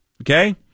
Okay